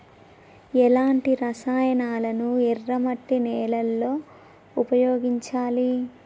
ఎలాంటి రసాయనాలను ఎర్ర మట్టి నేల లో ఉపయోగించాలి?